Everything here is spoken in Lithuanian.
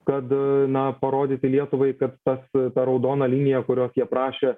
kad na parodyti lietuvai kad tas ta raudona linija kurios jie prašė